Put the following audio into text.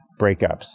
breakups